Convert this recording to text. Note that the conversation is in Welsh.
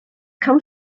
cawn